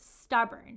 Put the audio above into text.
stubborn